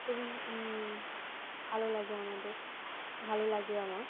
খুবই ভালো লাগে আমাদের ভালো লাগে আমার